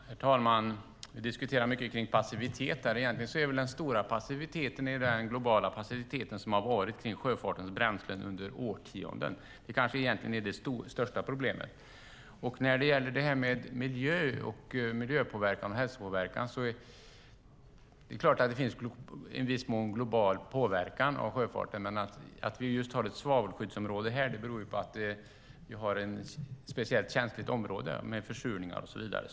Herr talman! Vi diskuterar mycket kring passivitet här. Egentligen är väl den stora passiviteten den globala passivitet som har varit kring sjöfartens bränslen i årtionden. Det kanske egentligen är det största problemet. När det gäller miljöpåverkan och hälsopåverkan är det klart att det i viss mån finns en global påverkan av sjöfarten. Men att vi har ett svavelskyddsområde just här beror på att vi har ett speciellt känsligt område när det gäller försurningar och annat.